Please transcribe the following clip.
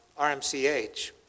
RMCH